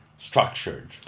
Structured